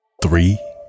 Three